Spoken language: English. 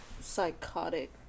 psychotic